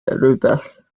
rhywbeth